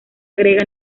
agrega